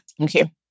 Okay